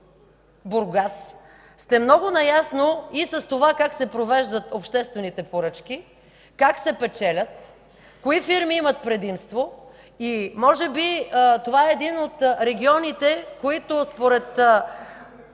Бургас, сте много наясно и с това как се провеждат обществените поръчки, как се печелят, кои фирми имат предимство и може би това е един от регионите, които според